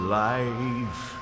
life